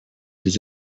deux